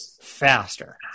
faster